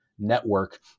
network